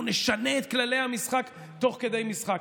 אנחנו נשנה את כללי המשחק תוך כדי משחק.